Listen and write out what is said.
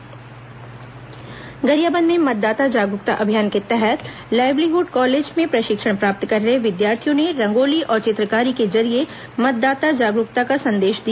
गरियाबंद रायगढ़ मतदाता जागरूकता गरियाबंद में मतदाता जागरूकता अभियान के तहत लाइवलीहुड कॉलेज में प्रशिक्षण प्राप्त कर रहे विद्यार्थियों ने रंगोली और चित्रकारी के जरिये मतदाता जागरूकता का संदेश दिया